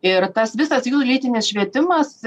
ir tas visas jų lytinis švietimas